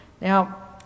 Now